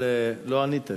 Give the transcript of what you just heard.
אבל לא ענית לי.